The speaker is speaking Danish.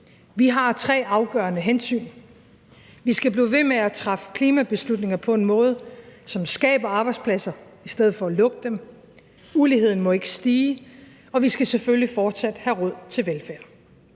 Vi har tre afgørende hensyn: Vi skal blive ved med at træffe klimabeslutninger på en måde, som skaber arbejdspladser i stedet for at lukke dem; uligheden må ikke stige; og vi skal selvfølgelig fortsat have råd til velfærd.